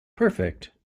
perfect